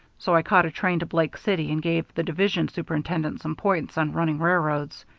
so i caught a train to blake city and gave the division superintendent some points on running railroads.